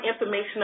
information